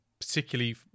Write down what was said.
particularly